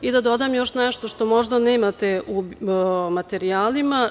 I, da dodam još nešto što možda nemate u materijalima.